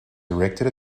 erected